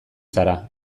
zara